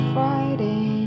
Friday